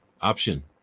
option